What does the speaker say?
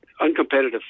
uncompetitive